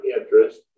interest